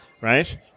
right